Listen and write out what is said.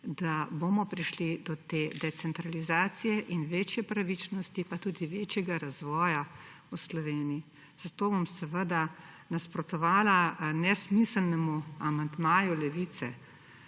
da bomo prišli do te decentralizacije in večje pravičnosti, pa tudi večjega razvoja v Sloveniji. Zato bom seveda nasprotovala nesmiselnemu amandmaju Levice